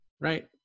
right